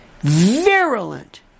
virulent